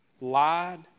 lied